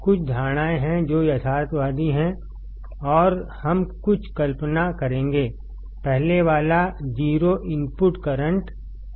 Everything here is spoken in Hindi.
कुछ धारणाएँ हैं जो यथार्थवादी हैं और हम कुछ कल्पना करेंगेपहले वाला 0इनपुट करंट है